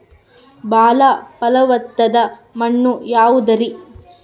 ಬಾಳ ಫಲವತ್ತಾದ ಮಣ್ಣು ಯಾವುದರಿ?